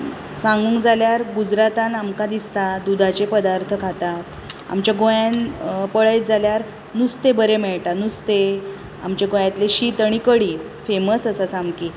सांगूंक जाल्यार गुजरातांत आमकां दिसता दुदाचे पदार्थ खातात आमच्या गोंयांत पळयत जाल्यार नुस्तें बरें मेळटा नुस्तें आमच्या गोंयांतली शीत आनी कडी फेमस आसा सामकी